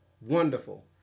Wonderful